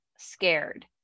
Scared